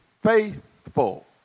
faithful